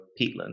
peatland